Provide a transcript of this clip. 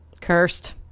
Cursed